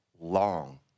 long